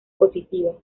positiva